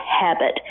habit